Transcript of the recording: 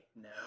No